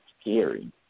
scary